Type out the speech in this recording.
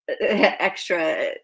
extra